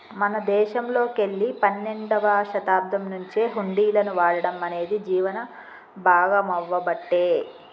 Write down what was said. మన దేశంలోకెల్లి పన్నెండవ శతాబ్దం నుంచే హుండీలను వాడటం అనేది జీవనం భాగామవ్వబట్టే